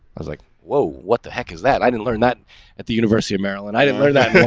i was like, well, what the heck is that? i didn't learn that at the university of maryland. i didn't learn that.